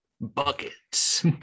buckets